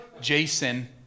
Jason